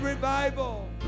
revival